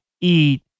eat